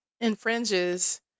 infringes